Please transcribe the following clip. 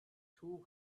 too